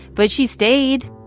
but she stayed.